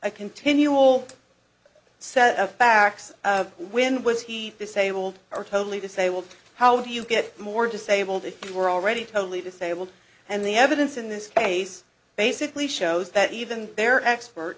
a continual set of facts when was he disabled or totally disabled how do you get more disabled if you are already totally disabled and the evidence in this case basically shows that even their expert